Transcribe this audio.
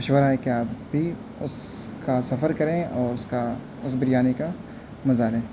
مشورہ ہے کہ آپ بھی اس کا سفر کریں اور اس کا اس بریانی کا مزہ لیں